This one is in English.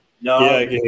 No